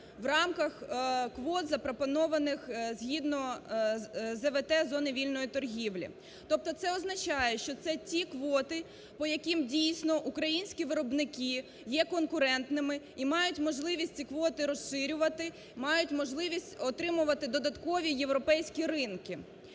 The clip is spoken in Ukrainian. в рамках квот, запропонованих, згідно ЗВТ, зони вільної торгівлі. Тобто це означає, що це ті квоти, по яким дійсно українські виробники є конкурентними і мають можливість ці квоти розширювати, мають можливість отримувати додаткові європейські ринки.